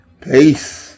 peace